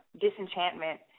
disenchantment